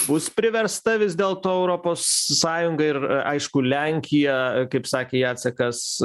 bus priversta vis dėl to europos sąjunga ir aišku lenkija kaip sakė jacekas